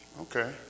Okay